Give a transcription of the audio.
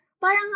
Parang